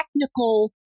technical